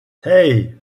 hey